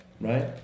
right